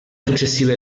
successive